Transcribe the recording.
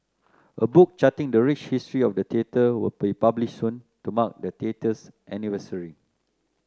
a book charting the rich history of the theatre will be published soon to mark the theatre's anniversary